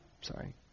sorry